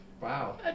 Wow